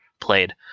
played